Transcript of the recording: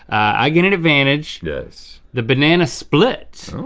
i get an advantage. yes. the banana split. oh.